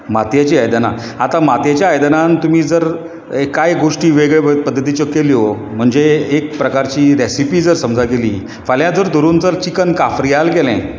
मातयेची आयदनां आतां मातयेची आयदनांत तुमी जर कांय गोश्टी वेगळ्यो वेगळ्यो पद्दतीच्यो केल्यो म्हणजें एक प्रकारची रेसिपी जर समजा केली फाल्यां जर धरून चल चिकन काफरियाल केलें